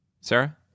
Sarah